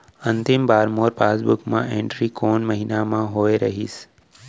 अंतिम बार मोर पासबुक मा एंट्री कोन महीना म होय रहिस?